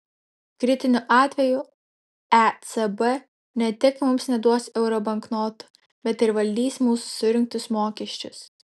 kritiniu atveju ecb ne tik mums neduos euro banknotų bet ir valdys mūsų surinktus mokesčius